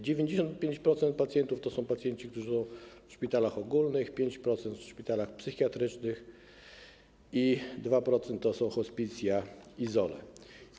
95% pacjentów to są pacjenci, którzy są w szpitalach ogólnych, 5% - w szpitalach psychiatrycznych, 2% to są hospicja i ZOL-e.